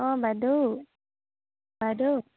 অঁ বাইদেউ বাইদেউ